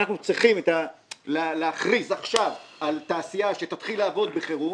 אנחנו צריכים להכריז עכשיו על תעשייה שתתחיל לעבוד בחירום,